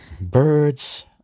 Birds